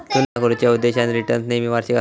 तुलना करुच्या उद्देशान रिटर्न्स नेहमी वार्षिक आसतत